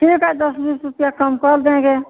ठीक है दस बीस रुपया कम कर देंगे